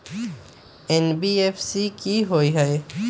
NBFC कि होअ हई?